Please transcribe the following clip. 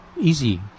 easy